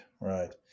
right